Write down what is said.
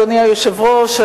אדוני היושב-ראש,